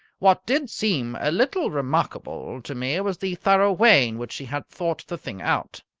what did seem a little remarkable to me was the thorough way in which he had thought the thing out.